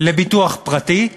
לביטוח פרטי,